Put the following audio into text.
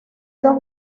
dos